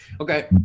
Okay